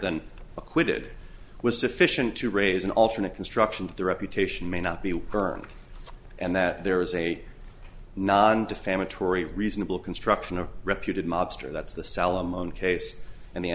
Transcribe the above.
than acquitted was sufficient to raise an alternate construction that the reputation may not be current and that there is a non defamatory reasonable construction of repeated mobster that's the salamone case and the